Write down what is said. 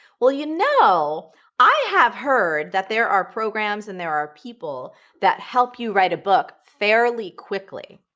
well, you know, i have heard that there are programs and there are people that help you write a book fairly quickly.